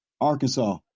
Arkansas